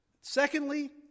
Secondly